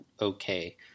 okay